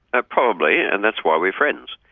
ah probably. and that's why we're friends.